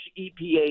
EPA